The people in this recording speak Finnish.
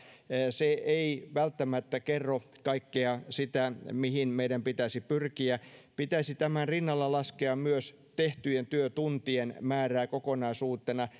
ei välttämättä kerro kaikkea sitä mihin meidän pitäisi pyrkiä pitäisi tämän rinnalla laskea myös tehtyjen työtuntien määrää kokonaisuutena